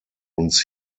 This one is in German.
uns